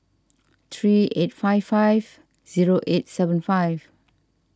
three eight five five zero eight seven five